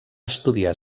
estudiar